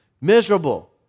Miserable